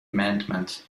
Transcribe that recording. amendment